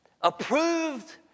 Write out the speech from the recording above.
approved